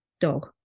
dog